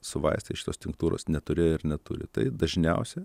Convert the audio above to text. su vaistais šitos tinktūros neturėjo ir neturi tai dažniausia